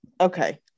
Okay